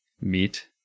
meat